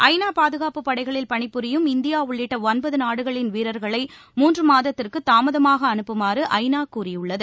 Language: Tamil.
ஐ நா பாதுகாப்பு படைகளில் பணிபுரியும் இந்தியா உட்பட ஒன்பது நாடுகளின் வீரர்களை மூன்று மாதத்திற்கு தாமதமாக அனுப்புமாறு ஐ நா கூறியுள்ளது